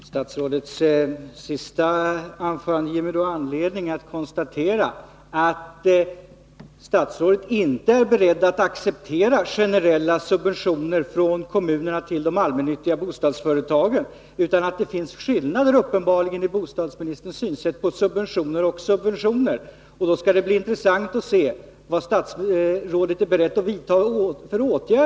Herr talman! Statsrådets senaste anförande ger mig anledning att konstatera att statsrådet inte är beredd att acceptera generella subventioner från kommunerna till de allmännyttiga bostadsföretagen. Det finns uppenbarligen skillnader i bostadsministerns synsätt på subventioner och subventioner. Då skall det bli intressant att se vilka åtgärder statsrådet är beredd att vidta.